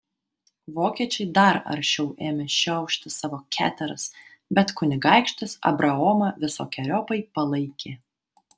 vokiečiai dar aršiau ėmė šiaušti savo keteras bet kunigaikštis abraomą visokeriopai palaikė